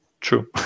True